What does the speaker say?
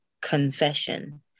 confession